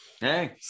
Hey